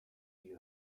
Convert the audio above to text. you